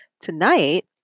tonight